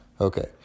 Okay